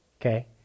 okay